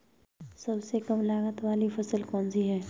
सबसे कम लागत वाली फसल कौन सी है?